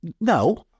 No